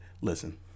Listen